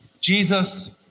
Jesus